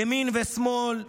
ימין ושמאל,